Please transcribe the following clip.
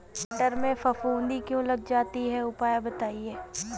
मटर में फफूंदी क्यो लग जाती है उपाय बताएं?